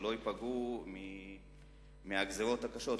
כדי שלא ייפגעו מהגזירות הקשות,